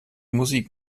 musik